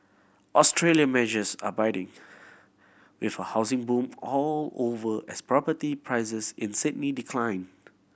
Australia measures are biting with a housing boom all over as property prices in Sydney decline